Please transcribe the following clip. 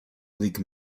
league